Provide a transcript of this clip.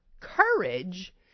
courage